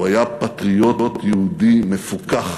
הוא היה פטריוט יהודי מפוכח,